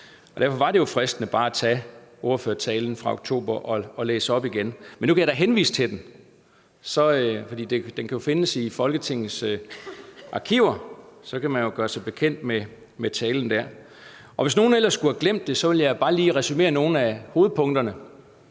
Derfor var det jo fristende bare at tage ordførertalen fra oktober og læse den op igen. Men nu kan jeg da henvise til den, for den kan findes i Folketingets arkiver, og så kan man jo gøre sig bekendt med talen der. Hvis nogen ellers skulle have glemt det, vil jeg bare lige resumere nogle af hovedpunkterne,